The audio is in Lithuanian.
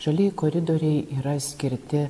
žalieji koridoriai yra skirti